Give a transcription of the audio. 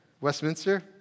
Westminster